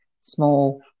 small